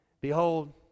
Behold